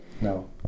No